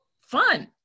fun